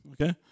Okay